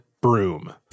broom